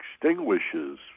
extinguishes